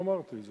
אמרתי את זה.